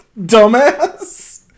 Dumbass